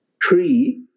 tree